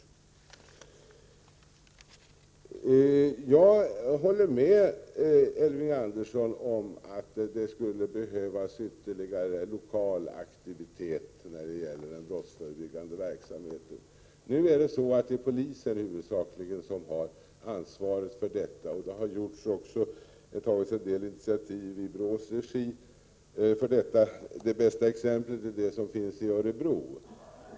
Jag håller med Elving Andersson om att det skulle behövas ytterligare lokal aktivitet i den brottsförebyggande verksamheten. Men det är ju huvudsakligen polisen som har ansvaret, och det har tagits en del initiativ i BRÅ:s regi — det bästa exemplet är det som finns i Örebro.